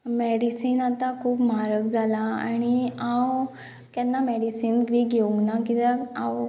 medicine आतां खूब म्हारग जाला आनी हांव केन्ना मेडिसीन बी घेवंक ना किद्याक हांव